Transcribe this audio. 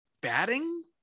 batting